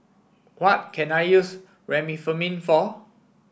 what can I use Remifemin for